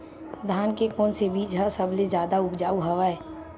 धान के कोन से बीज ह सबले जादा ऊपजाऊ हवय?